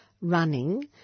running